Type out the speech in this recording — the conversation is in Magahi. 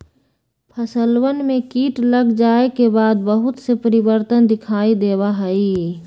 फसलवन में कीट लग जाये के बाद बहुत से परिवर्तन दिखाई देवा हई